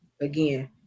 again